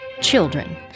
children